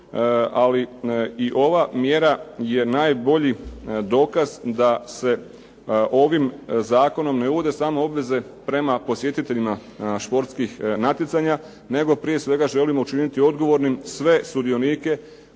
ali i ova mjera je najbolji dokaz da se ovim zakonom ne uvode samo obveze prema posjetiteljima športskih natjecanja, nego prije svega moramo učiniti odgovornim sve sudionike,